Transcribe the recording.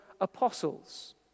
apostles